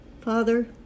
Father